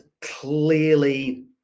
clearly